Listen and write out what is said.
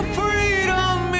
freedom